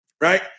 right